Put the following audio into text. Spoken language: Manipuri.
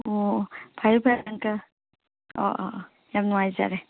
ꯑꯣ ꯐꯔꯦ ꯐꯔꯦ ꯑꯪꯀꯜ ꯑꯣ ꯑꯥ ꯑꯥ ꯌꯥꯝ ꯅꯨꯡꯉꯥꯏꯖꯔꯦ